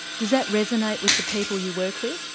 does that resonate with the people you work with?